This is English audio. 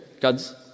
God's